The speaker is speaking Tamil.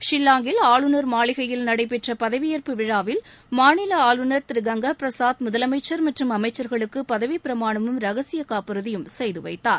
ஷில்லாங்கில் ஆளுநர் மாளிகையில் நடைபெற்ற பதவியேற்பு விழாவில் மாநில ஆளுநர் திரு கங்கா பிரசாத் முதலமைச்சர் மற்றும் அமைச்சர்களுக்கு பதவிப் பிரமாணமும் ரகசிய காப்புறதியும் செய்து வைத்தார்